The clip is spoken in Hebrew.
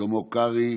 שלמה קרעי,